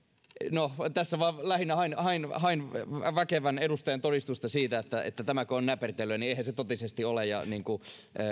no tässä vain lähinnä hain hain väkevän edustajan todistusta siitä että tämäkö on näpertelyä ja eihän se totisesti ole ja niin kuin